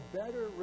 better